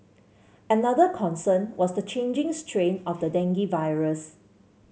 another concern was the changing strain of the dengue virus